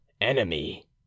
enemy